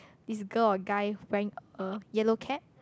this girl or guy wearing a yellow cap